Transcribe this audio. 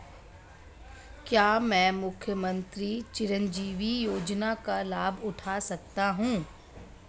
क्या मैं मुख्यमंत्री चिरंजीवी योजना का लाभ उठा सकता हूं?